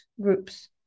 groups